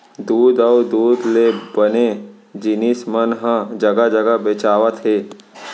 दूद अउ दूद ले बने जिनिस मन ह जघा जघा बेचावत हे